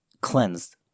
cleansed